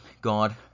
God